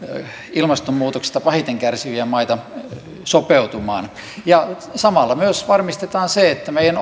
ilmastonmuutoksesta pahiten kärsiviä maita sopeutumaan samalla myös varmistetaan se että meidän